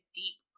deep